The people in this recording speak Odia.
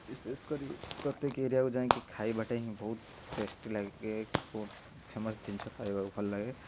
ବିଶେଷ କରି ପ୍ରତ୍ୟେକ ଏରିଆକୁ ଯାଇଁକି ଖାଇବାଟା ହିଁ ବହୁତ ଟେଷ୍ଟି ଲାଗେ କି କେଉଁ ଫେମସ୍ ଜିନିଷ ଖାଇବାକୁ ଭଲ ଲାଗେ